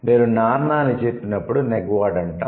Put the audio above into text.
మీరు నాన్న అని చెప్పినప్పుడు 'నెగ్వాడ్' అంటాం